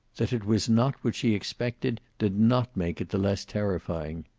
that it was not what she expected did not make it the less terrifying.